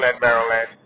Maryland